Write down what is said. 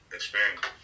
experience